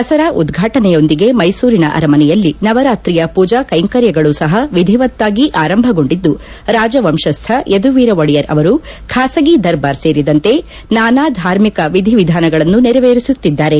ದಸರಾ ಉದ್ಘಾಟನೆಯೊಂದಿಗೆ ಮೈಸೂರಿನ ಅರಮನೆಯಲ್ಲಿ ನವರಾತ್ರಿಯ ಪೂಜಾ ಕೈಂಕರ್ಯಗಳು ಸಹ ವಿಧಿವತ್ತಾಗಿ ಆರಂಭಗೊಂಡಿದ್ದು ರಾಜ ವಂಶಸ್ದ ಯದುವೀರ್ ಒಡೆಯರ್ ಅವರು ಖಾಸಗಿ ದರ್ಬಾರ್ ಸೇರಿದಂತೆ ನಾನಾ ಧಾರ್ಮಿಕ ವಿಧಿವಿಧಾನಗಳನ್ನು ನೆರವೇರಿಸುತ್ತಿದ್ದಾರೆ